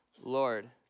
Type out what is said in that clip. Lord